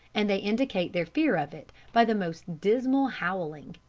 and they indicate their fear of it by the most dismal howling.